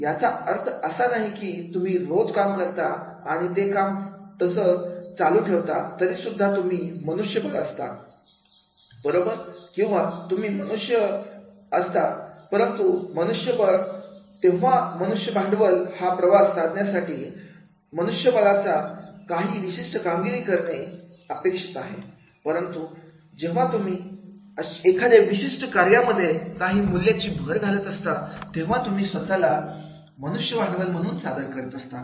याचा अर्थ असा नाही की तुम्ही रोजचं काम करता आणि ते काम तसंच चालू ठेवता तरीसुद्धा तुम्ही मनुष्यबळ असता बरोबर किंवा तुम्ही मनुष्य बसता परंतु मनुष्यबळ ते मनुष्य भांडवल हा प्रवास साधण्यासाठी मनुष्यबळाचा काही विशिष्ट कामगिरी करणे अपेक्षित आहे परंतु जेव्हा तुम्ही एखाद्या विशिष्ट कार्यामध्ये काही मूल्यांची भर घालत असता तेव्हा तुम्ही स्वतःला मनुष्य भांडवल म्हणून सादर करत असता